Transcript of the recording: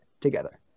together